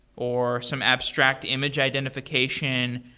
or some abstract image identification.